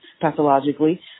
pathologically